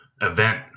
event